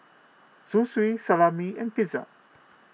Zosui Salami and Pizza